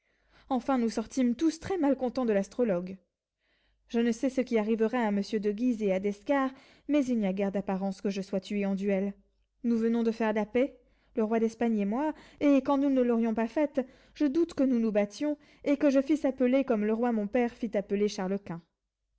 enfin nous sortîmes tous très malcontents de l'astrologue je ne sais ce qui arrivera à monsieur de guise et à d'escars mais il n'y a guère d'apparence que je sois tué en duel nous venons de faire la paix le roi d'espagne et moi et quand nous ne l'aurions pas faite je doute que nous nous battions et que je le fisse appeler comme le roi mon père fit appeler